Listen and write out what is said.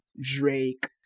Drake